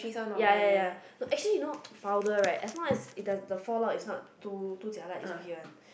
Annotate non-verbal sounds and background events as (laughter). ya ya ya no actually you know (noise) powder right as long as it does the fall out is not too too jialat it's okay one